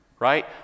Right